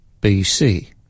BC